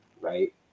right